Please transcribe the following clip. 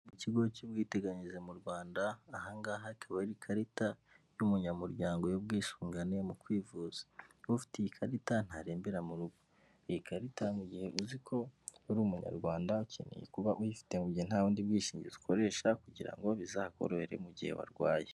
Ikigo cy'ubwiteganyize mu Rwanda, aha ngaha hakaba hari ikarita y'umunyamuryango y'ubwisungane mu kwivuza. Ufite iyi ikarita ntarembera mu rugo. Iyi karita mu gihe uzi ko uri umunyarwanda ukeneye kuba uyifite mu gihe nta bundi bwishingizi ukoresha kugira ngo bizakorohere mu gihe warwaye.